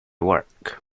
work